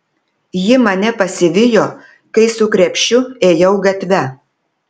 ji mane pasivijo kai su krepšiu ėjau gatve